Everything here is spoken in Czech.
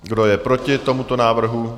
Kdo je proti tomuto návrhu?